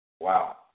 Wow